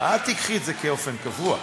אל תיקחי את זה כאופן קבוע.